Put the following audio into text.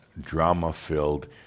drama-filled